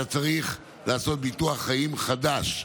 אתה צריך לעשות ביטוח חיים חדש.